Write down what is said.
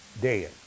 Dead